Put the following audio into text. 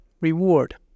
reward